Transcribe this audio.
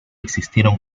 existieron